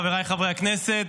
חבריי חברי הכנסת,